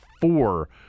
four